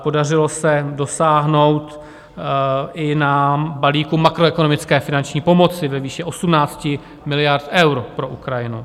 Podařilo se dosáhnout i na balík makroekonomické finanční pomoci ve výši 18 miliard eur pro Ukrajinu.